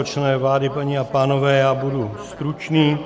Členové vlády, paní a pánové, já budu stručný.